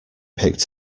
picked